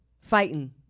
fighting